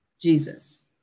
Jesus